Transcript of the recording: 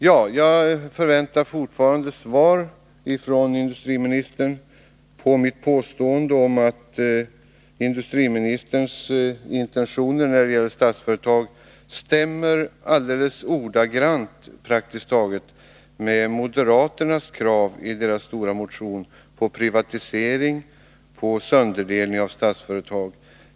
Jag förväntar fortfarande svar från industriministern på mitt påstående om att hans intentioner när det gäller Statsföretag praktiskt taget ordagrant stämmer överens med den stora moderatmotionens krav på sönderdelning och privatisering av Statsföretag.